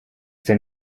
denn